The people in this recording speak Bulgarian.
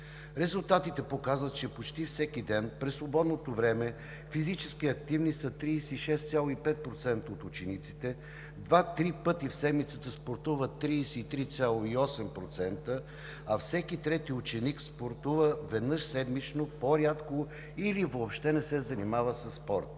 Резултатите показват, че почти всеки ден през свободното време физически активни са 36,5% от учениците, два-три пъти в седмицата спортуват 33,8%, а всеки трети ученик спортува веднъж седмично, по-рядко или въобще не се занимава със спорт.